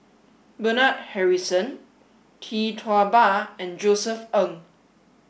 Bernard Harrison Tee Tua Ba and Josef Ng